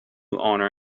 owner